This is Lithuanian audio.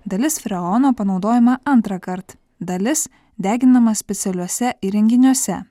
dalis freono panaudojama antrąkart dalis deginama specialiuose įrenginiuose